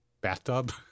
bathtub